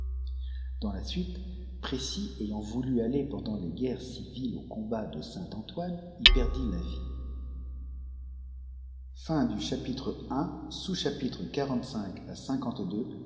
danè la suite précy ayant voûu all pendant les guerres civil p combat de saint antoîne y perdit la vie